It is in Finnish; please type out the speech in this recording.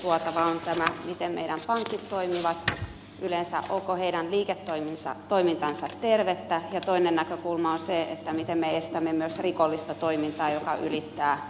on tämä miten meidän pankit toimivat yleensä onko niiden liiketoiminta tervettä ja toinen näkökulma on se miten me myös estämme rikollista toimintaa joka ylittää rajat